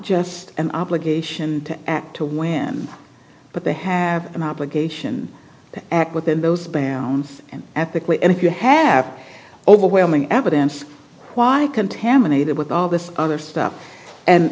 just an obligation to act to win but they have an obligation to act within those bounds and ethically and if you have overwhelming evidence why contaminated with all this other stuff and